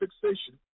fixation